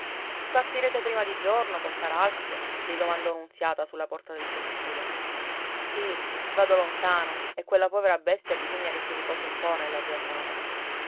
partirete prima di giorno compar alfio gli domandò nunziata sulla porta del cortile sì vado lontano e quella povera bestia bisogna che si riposi un po nella giornata